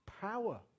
power